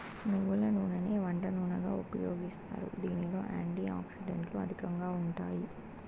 నువ్వుల నూనెని వంట నూనెగా ఉపయోగిస్తారు, దీనిలో యాంటీ ఆక్సిడెంట్లు అధికంగా ఉంటాయి